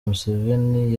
museveni